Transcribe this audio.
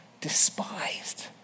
Despised